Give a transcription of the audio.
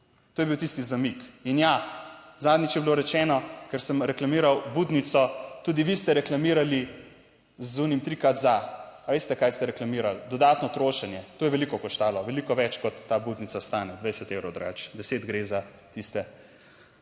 To je bil tisti zamik. In ja, zadnjič je bilo rečeno, ker sem reklamiral budnico, tudi vi ste reklamiranim z unim trikrat za - ali veste kaj ste reklamirali? Dodatno trošenje. To je veliko koštalo, veliko več kot ta budnica stane, 20 evrov drugače, deset gre za tiste